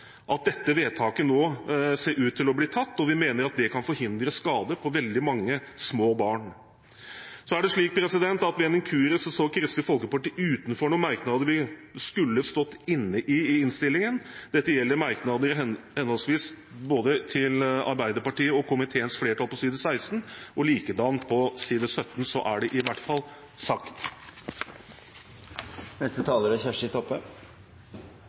at dette vedtaket nå ser ut til å bli gjort, og vi mener at det kan forhindre skader på veldig mange små barn. Så er det slik at ved en inkurie står Kristelig Folkeparti utenfor noen merknader der vi skulle stått inne, i innstillingen. Dette gjelder merknadene til henholdsvis både Arbeiderpartiet og komiteens flertall på side 7, og likedan på side 8 – så er det i hvert fall sagt.